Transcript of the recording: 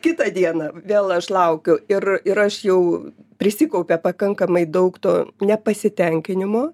kitą dieną vėl aš laukiu ir ir aš jau prisikaupia pakankamai daug to nepasitenkinimo